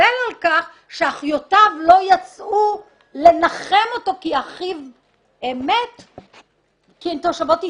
קובל על כך שאחיותיו לא יצאו לנחם אותו כי הן תושבות ישראל.